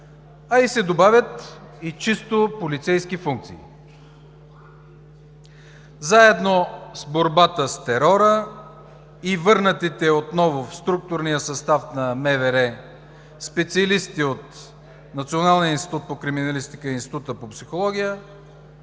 а ѝ се добавят и чисто полицейски функции. Заедно с борбата с терора върнатите отново в структурния състав на МВР специалисти от Националния институт по криминалистика и Института по психология